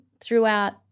throughout